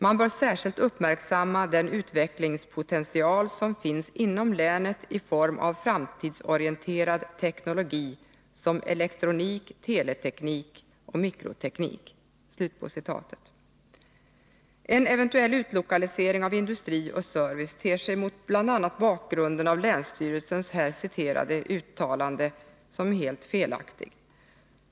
Man bör särskilt uppmärksamma den utvecklingspotential som finns inom länet i form av framtidsorienterad teknologi som elektronik, teleteknik och mikroteknik.” En eventuell utlokalisering av industri och service ter sig bl.a. mot bakgrunden av länsstyrelsen här citerade uttalande som helt felaktig.